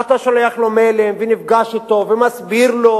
ואתה שולח לו מיילים ונפגש אתו ומסביר לו,